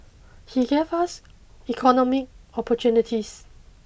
he gave us economic opportunities